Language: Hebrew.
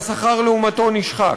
והשכר לעומת זאת נשחק.